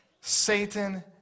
Satan